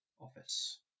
office